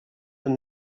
and